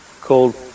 called